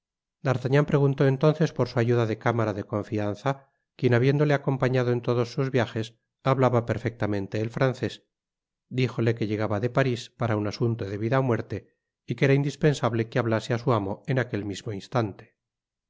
d'artagnan preguntó entonces por su ayuda de cámara de confianza quien habiéndole acompañado en todos sus viages hablaba perfectamente el francés dijole que llegaba de parís para un asunto de vida ó muerte y que era indispensable que hablase á su amo en aquel mismo instante